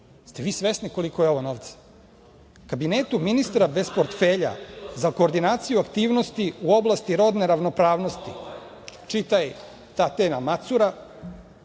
ste vi svesni koliko je ovo novca? Kabinetu ministra bez portfelja za koordinaciju aktivnosti u oblasti rodne ravnopravnosti, čitaj Tatjana Macura,